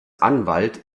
anwalt